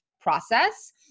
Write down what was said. process